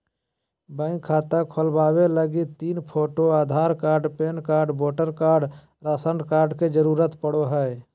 bank खाता खोलबावे लगी तीन photo, Aadhaar card, PAN card, voter card, ration card के जरूरत पड़ो हय